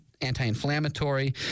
anti-inflammatory